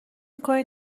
میکنی